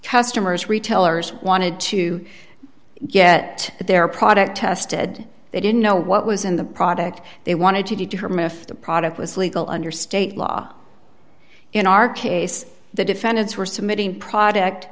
customers retailers wanted to get their product tested they didn't know what was in the product they wanted to do for me if the product was legal under state law in our case the defendants were submitting pro